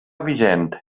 vigent